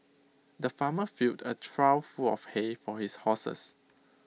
the farmer filled A trough full of hay for his horses